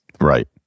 Right